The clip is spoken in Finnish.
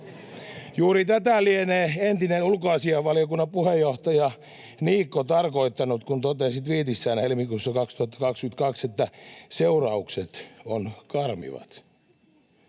Juuri tätä lienee entinen ulkoasiainvaliokunnan puheenjohtaja Niikko tarkoittanut, kun totesi tviitissään helmikuussa 2022, että seuraukset ovat karmivat.